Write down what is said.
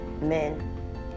men